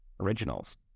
originals